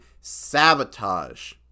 Sabotage